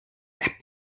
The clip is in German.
app